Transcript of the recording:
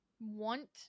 want